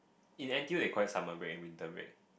in N_T_U they call it summer break and winter break